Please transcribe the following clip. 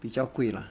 比较贵 lah